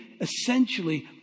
essentially